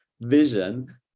vision